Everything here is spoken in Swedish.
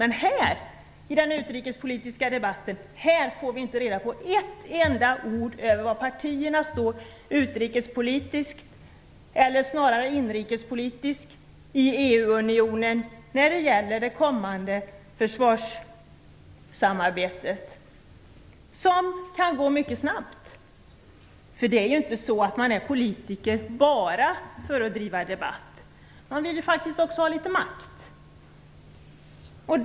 Men här, i den utrikespolitiska debatten, får vi inte reda på ett enda ord om var partierna står utrikespolitiskt eller snarare inrikespolitiskt i EU-unionen när det gäller det kommande försvarssamarbetet. Det kan gå mycket snabbt. Man är ju inte politiker bara för att driva debatt. Man vill faktiskt också ha litet makt.